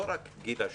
גילה,